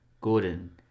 Gordon